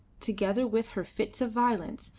together with her fits of violence,